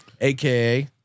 AKA